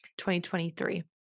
2023